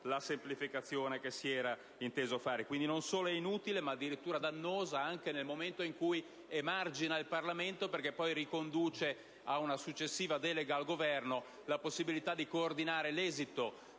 la semplificazione che si era inteso fare. Quindi, non solo è inutile, ma addirittura dannoso, anche nel momento in cui emargina il Parlamento, perché riconduce ad una successiva delega al Governo la possibilità di coordinare l'esito